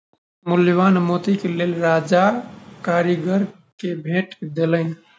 मूल्यवान मोतीक लेल राजा कारीगर के भेट देलैन